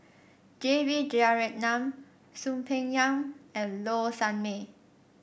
J B Jeyaretnam Soon Peng Yam and Low Sanmay